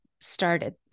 started